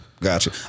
gotcha